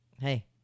hey